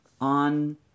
on